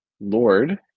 Lord